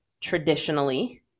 traditionally